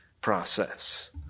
process